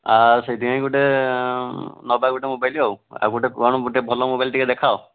ଆଉ ସେଇଥିପାଇଁ ଗୋଟେ ନେବା ଗୋଟେ ମୋବାଇଲ୍ ଆଉ ଆଉ ଗୋଟେ କ'ଣ ଗୋଟେ ଭଲ ମୋବାଇଲ୍ ଟିକିଏ ଦେଖାଅ